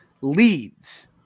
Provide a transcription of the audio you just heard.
leads